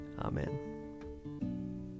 Amen